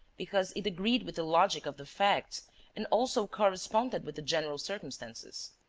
because it agreed with the logic of the facts and also corresponded with the general circumstances.